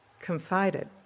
Confided